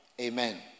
Amen